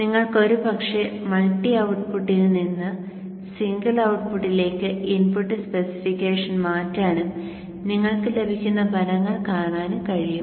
നിങ്ങൾക്ക് ഒരുപക്ഷേ മൾട്ടി ഔട്ട്പുട്ടിൽ നിന്ന് സിംഗിൾ ഔട്ട്പുട്ടിലേക്ക് ഇൻപുട്ട് സ്പെസിഫിക്കേഷൻ മാറ്റാനും നിങ്ങൾക്ക് ലഭിക്കുന്ന ഫലങ്ങൾ കാണാനും കഴിയും